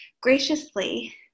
graciously